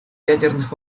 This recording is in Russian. ядерных